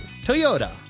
Toyota